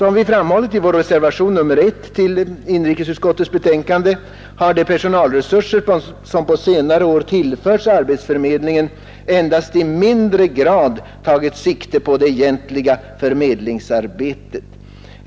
Vi har framhållit i vår reservation nr 1 till inrikesutskottets betänkande nr 3 att de ”personalresurser som på senare år tillförts arbetsförmedlingen har endast i mindre grad tagit sikte på det egentliga förmedlingsarbetet”.